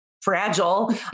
fragile